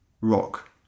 rock